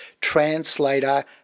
Translator